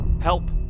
help